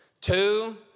Two